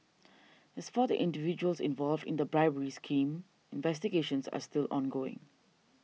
as for the individuals involved in the bribery scheme investigations are still ongoing